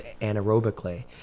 anaerobically